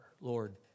Lord